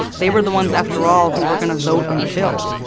they were the ones, after all, who were going to vote on the bill.